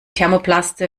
thermoplaste